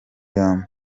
yombi